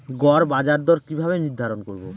গড় বাজার দর কিভাবে নির্ধারণ করব?